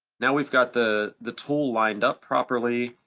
now we've got the the tool lined up properly,